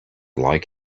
like